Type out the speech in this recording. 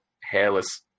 hairless